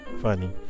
funny